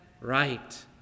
right